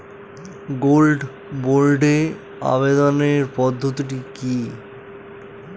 Gold বন্ডে আবেদনের পদ্ধতিটি কি?